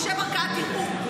תישאר ערכאת ערעור.